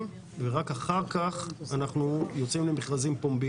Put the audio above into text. ורק אחר כך אנחנו יוצאים למכרזים פומביים.